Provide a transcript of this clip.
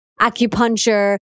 Acupuncture